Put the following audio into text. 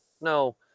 No